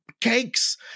cakes